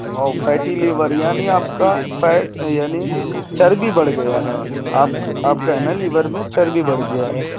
fatty liver یعنی آپ کا فیٹ یعنی چربی بڑھ گیا ہے آپ آپ کا ہے نا لیور میں چربی بڑھ گیا ہے